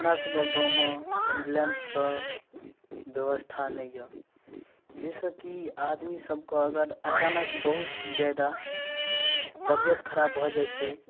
हमरा सबके गाँवमे एम्बुलेंसके व्यवस्था नहि यऽ जाहिसऽ कि आदमी सबके अगर अचानक बहुत जादा तबियत खराब भऽ जाइ छै